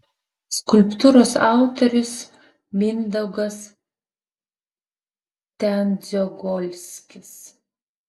skulptūros autorius mindaugas tendziagolskis